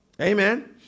Amen